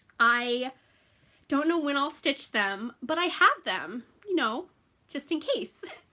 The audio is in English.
i don't know when i'll stitch them, but i have them you know just in case